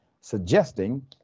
suggesting